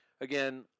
Again